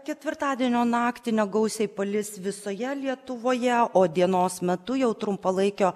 ketvirtadienio naktį negausiai palis visoje lietuvoje o dienos metu jau trumpalaikio